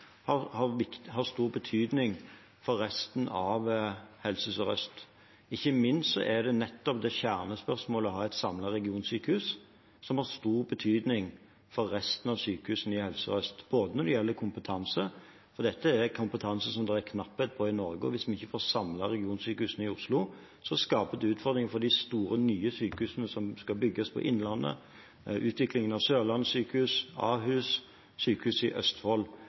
stor betydning for resten av Helse Sør-Øst. Ikke minst vil nettopp kjernespørsmålet, det å ha et samlet regionsykehus, ha stor betydning for resten av sykehusene i Helse Sør-Øst når det gjelder kompetanse. Dette er kompetanse som det er knapphet på i Norge, og hvis man ikke får samlet regionsykehusene i Oslo, skaper det utfordringer for det store nye sykehuset som skal bygges på Innlandet, for utviklingen av Sørlandet sykehus, Ahus og Sykehuset Østfold.